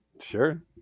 Sure